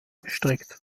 gestrickt